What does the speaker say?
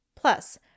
Plus